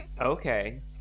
Okay